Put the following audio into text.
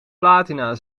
platina